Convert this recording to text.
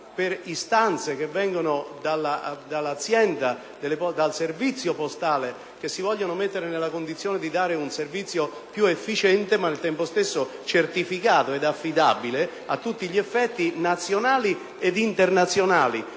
per istanze che vengono dall’azienda postale, che si vuole mettere nella condizione di offrire un servizio piuefficiente, ma al tempo stesso certificato ed affidabile a tutti gli effetti, nazionali ed internazionali,